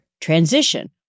transition